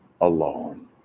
alone